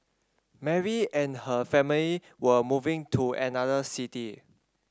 Mary and her family were moving to another city